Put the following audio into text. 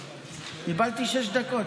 קיבלתי שש דקות.